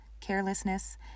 carelessness